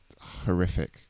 horrific